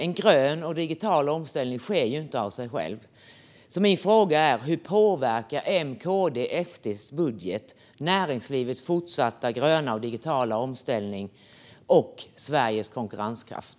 En grön och digital omställning sker dock inte av sig själv. Min fråga är: Hur påverkar M-KD-SD-budgeten näringslivets fortsatta gröna och digitala omställning och Sveriges konkurrenskraft?